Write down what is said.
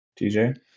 TJ